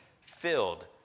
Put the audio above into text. filled